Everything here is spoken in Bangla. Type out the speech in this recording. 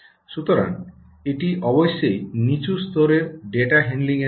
সুতরাং এটি অবশ্যই নিচু স্তরের ডেটা হ্যান্ডলিংয়ের জন্য